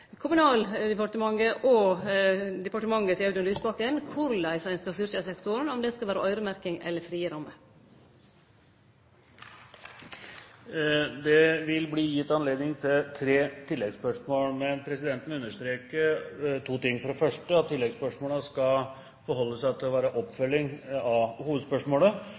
departementet til Audun Lysbakken diskutere korleis ein skal styrkje sektoren, om det skal vere øyremerking eller frie rammer. Det vil bli gitt anledning til tre oppfølgingsspørsmål, men presidenten vil understreke to ting: For det